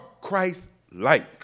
Christ-like